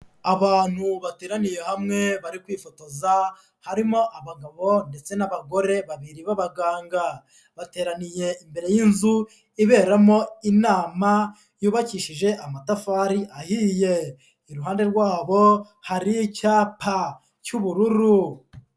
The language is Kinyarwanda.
Abantu bateraniye hamwe bari kwifotoza harimo abagabo ndetse n'abagore babiri b'abaganga, bateraniye imbere y'inzu iberamo inama yubakishije amatafari ahiye, iruhande rwabo hari icyapa cy'ubururu.